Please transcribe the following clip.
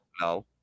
No